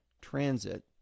transit